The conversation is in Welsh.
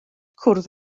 cwrdd